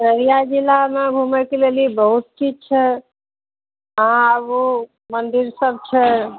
अररिया जिलामे घुमैके लेल ई बहुत किछु छै अहाँ आबू मन्दिर सब छै